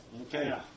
Okay